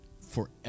forever